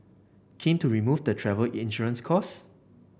keen to remove the travel insurance costs